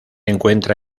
encuentra